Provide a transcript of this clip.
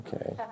okay